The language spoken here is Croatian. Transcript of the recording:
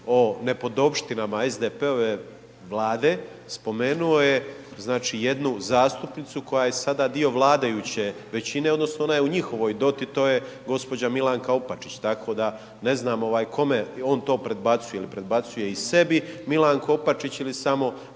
o nepodopštinama SDP-ove Vlade, spomenuo je jednu zastupnicu, koja je sada dio vladajuće većine, odnosno, ona je u njihovoj doti, to je gđa. Milanka Opačić, tako da ne znam kome on to prebacuje, prebacuje i sebi Milanku Opačić ili samo